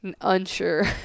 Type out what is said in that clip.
unsure